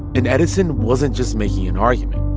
and edison wasn't just making an argument.